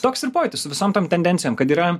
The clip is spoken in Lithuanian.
toks ir pojūtis su visom tom tendencijom kad yra